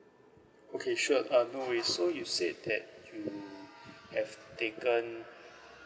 okay sure uh no worries so you said that you have taken